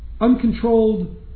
uncontrolled